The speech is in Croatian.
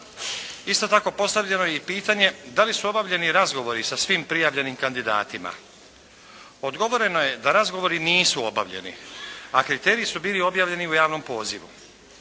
Isto tako postavljeno je i pitanje da li su obavljeni razgovori sa svim prijavljenim kandidatima. Odgovoreno je da razgovori nisu obavljeni, a kriteriji su bili objavljeni u javnom pozivu.